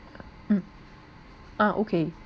mm ah okay